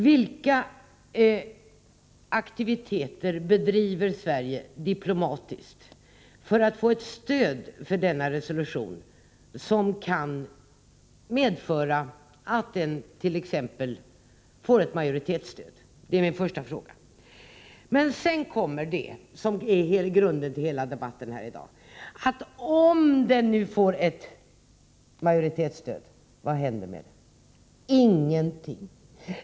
Vilka aktiviteter bedriver Sverige diplomatiskt för att få ett stöd för denna resolution, så att den kan få majoritet? Det är min första fråga. Sedan kommer det som utgör grunden för hela debatten här i dag. Om resolutionen får ett majoritetsstöd, vad händer då? Ingenting.